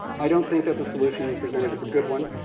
i don't think that the solution you presented is a good one,